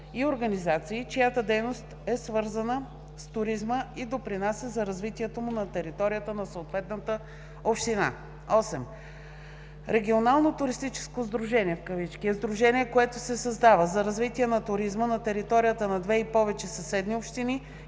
и организации, чиято дейност е свързана с туризма и допринася за развитието му на територията на съответната община. 8. „Регионално туристическо сдружение“ е сдружение, което се създава за развитие на туризма на територията на две и повече съседни общини